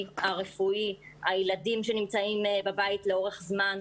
והרפואי של הילדים שנמצאים בבית לאורך זמן,